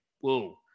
whoa